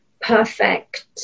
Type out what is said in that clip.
perfect